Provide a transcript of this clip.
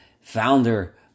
founder